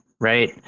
right